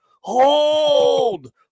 hold